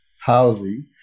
housing